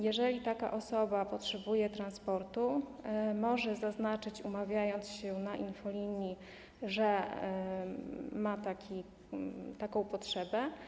Jeżeli taka osoba potrzebuje transportu, może zaznaczyć, umawiając się przez infolinię, że ma taką potrzebę.